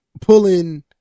pulling